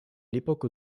l’époque